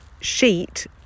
Sheet